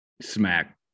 smack